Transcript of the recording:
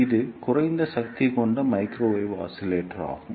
இது குறைந்த சக்தி கொண்ட மைக்ரோவேவ் ஆஸிலேட்டர் ஆகும்